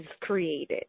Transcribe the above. created